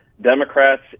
democrats